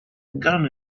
gun